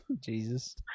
Jesus